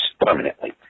permanently